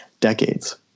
decades